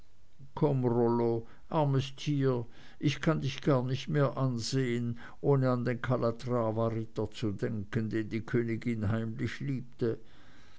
ich kann dich gar nicht mehr ansehen ohne an den kalatravaritter zu denken den die königin heimlich liebte